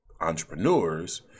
entrepreneurs